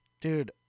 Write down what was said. Dude